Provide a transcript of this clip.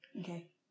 Okay